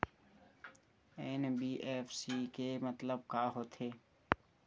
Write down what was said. NBFC के मतलब का होथे?